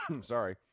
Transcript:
sorry